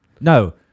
No